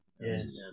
yes